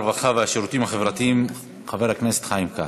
הרווחה והשירותים החברתיים חבר הכנסת חיים כץ.